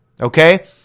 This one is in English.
Okay